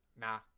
nah